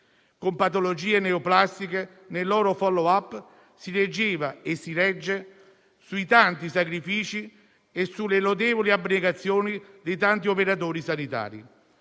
con patologie neoplastiche nei loro *follow-up*, si reggeva e si regge sui tanti sacrifici e sulla lodevole abnegazione di tanti operatori sanitari.